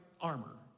armor